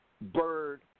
Bird